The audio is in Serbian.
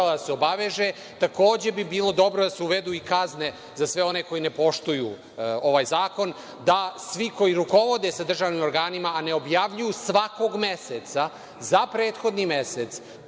da se obaveže. Takođe bi bilo dobro da se uvedu i kazne za sve one koji ne poštuju ovaj zakon, da svi koji rukovode državnim organima, a ne objavljuju svakog meseca za prethodni mesec